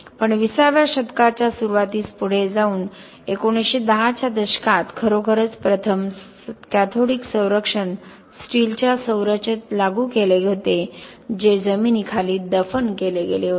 पण विसाव्या शतकाच्या सुरूवातीस पुढे जा 1910 च्या दशकात खरोखरच प्रथमच कॅथोडिक संरक्षण स्टीलच्या संरचनेत लागू केले गेले होते जे जमिनीखाली दफन केले गेले होते